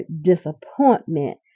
disappointment